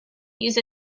use